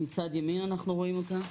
אנחנו רואים אותה בצד ימין,